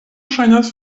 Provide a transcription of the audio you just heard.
ŝajnas